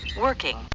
Working